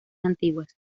antiguas